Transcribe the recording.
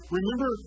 Remember